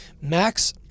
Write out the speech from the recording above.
Max